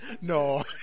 No